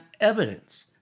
evidence